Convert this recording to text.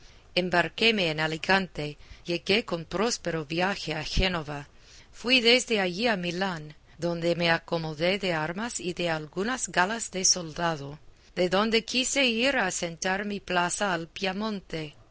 embarquéme en alicante llegué con próspero viaje a génova fui desde allí a milán donde me acomodé de armas y de algunas galas de soldado de donde quise ir a asentar mi plaza al piamonte